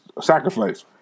sacrifice